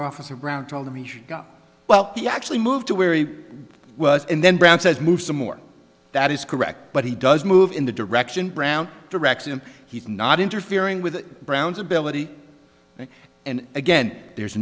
officer brown told him he should go well he actually moved to where he was and then brown says move some more that is correct but he does move in the direction brown directs and he's not interfering with brown's ability and again there's